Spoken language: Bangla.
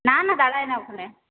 না না দাঁড়ায় না ওখানে